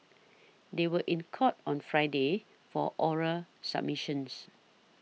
they were in court on Friday for oral submissions